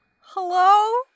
Hello